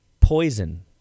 poison